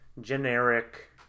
generic